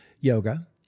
yoga